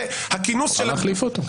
אפשר להחליף אותו.